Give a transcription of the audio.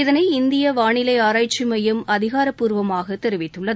இதனை இந்திய வானிலை ஆராய்ச்சி மையம் அதிகாரப்பூர்வமாக தெரிவித்துள்ளது